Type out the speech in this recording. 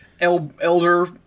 Elder